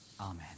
Amen